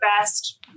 best